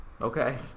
Okay